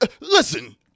Listen